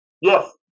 yes